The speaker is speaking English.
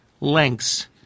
lengths